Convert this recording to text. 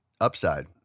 upside